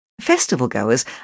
Festival-goers